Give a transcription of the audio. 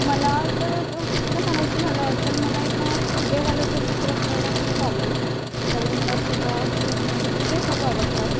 मला जर चित्र काढायचं झालं तर मला एका फुगेवाल्याचं चित्र काढायला खूप आवडेल कारण मला फुगा खूप म्हणजे फुगे खूप आवडतात